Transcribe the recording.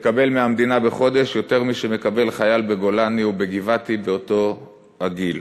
מקבל מהמדינה בחודש יותר משמקבל חייל בגולני או בגבעתי באותו גיל.